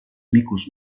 micos